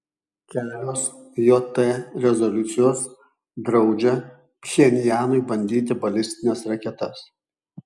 kelios jt rezoliucijos draudžia pchenjanui bandyti balistines raketas